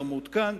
יותר מעודכנת,